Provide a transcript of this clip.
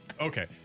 okay